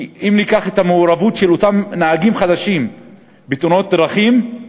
אם ניקח את המעורבות של אותם נהגים חדשים בתאונות דרכים,